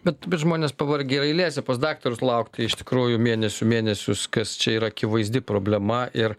bet bet žmonės pavargę eilėse pas daktarus laukti iš tikrųjų mėnesių mėnesius kas čia yra akivaizdi problema ir